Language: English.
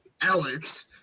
Alex